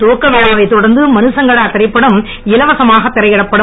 துவக்கவிழாவை தொடர்ந்து மனுசங்கடா திரைப்படம் இலவசமாக திரையிடப்படும்